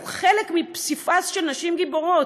אנחנו חלק מפסיפס של נשים גיבורות.